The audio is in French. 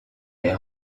est